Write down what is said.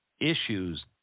issues